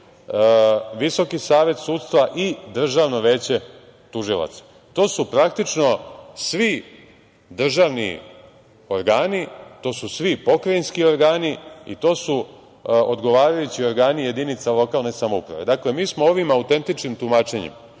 Visoki savet sudstva i Državno veće tužilaca. To su praktično svi državni organi, to su svi pokrajinski organi i to su odgovarajući organi jedinica lokalne samouprave. Dakle, mi smo ovim autentičnim tumačenjem